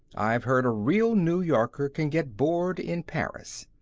i've heard a real new yorker can get bored in paris.